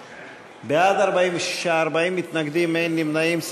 46, 40 מתנגדים, אין נמנעים.